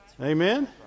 Amen